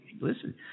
listen